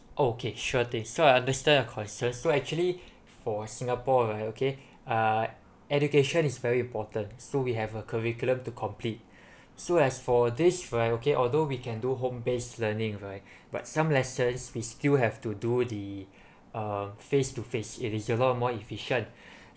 okay sure thing so I understand your concerns so actually for singapore right okay uh education is very important so we have a curriculum to complete so as for this variety although we can do home based learning right but some lessons we still have to do the uh face to face it is a lot more efficient